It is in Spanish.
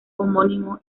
homónimo